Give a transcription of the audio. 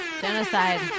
Genocide